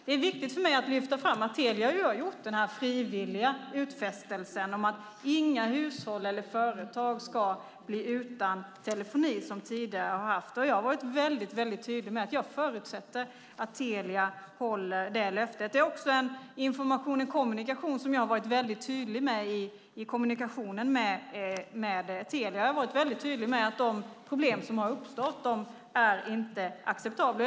Det är viktigt för mig att lyfta fram att Telia har gjort denna frivilliga utfästelse om att inga hushåll eller företag som tidigare har haft telefoni ska bli utan det. Jag har varit mycket tydlig med att jag förutsätter att Telia håller detta löfte. Det är också en information som jag har varit mycket tydlig med i kommunikationen med Telia. Jag har varit mycket tydlig med att de problem som har uppstått inte är acceptabla.